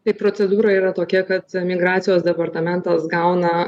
taip procedūra yra tokia kad migracijos departamentas gauna